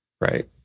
Right